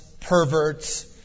perverts